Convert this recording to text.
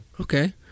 Okay